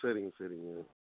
சரிங்க சரிங்க